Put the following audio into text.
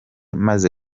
maze